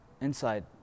inside